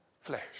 flesh